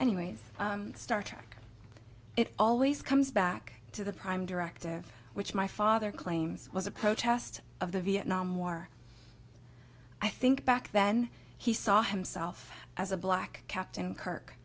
anyway star trek it always comes back to the prime directive which my father claims was a protest of the vietnam war i think back then he saw himself as a black captain kirk